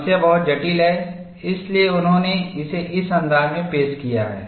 समस्या बहुत जटिल है इसलिए उन्होंने इसे इस अंदाज में पेश किया है